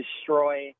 destroy